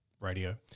radio